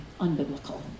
unbiblical